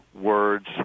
words